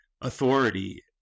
authority